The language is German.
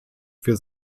für